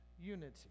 unity